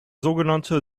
sogenannte